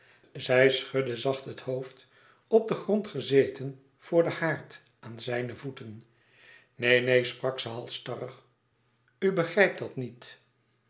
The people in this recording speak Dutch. zij schudde zacht het hoofd op den grond gezeten voor den haard aan zijne voeten neen neen sprak ze halsstarrig u begrijpt dat niet